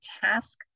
task